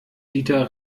dieter